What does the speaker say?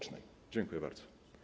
Dziękuję bardzo.